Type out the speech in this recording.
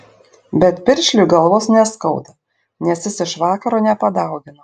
bet piršliui galvos neskauda nes jis iš vakaro nepadaugino